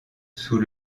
sous